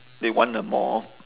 they want a more